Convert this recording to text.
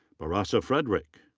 barasa fredrick.